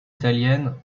italienne